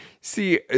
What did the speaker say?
See